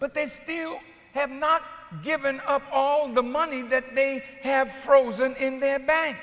but they still have not given up all the money that they have frozen in their ba